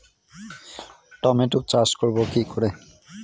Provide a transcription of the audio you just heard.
Tomato চাষ করব কি করে?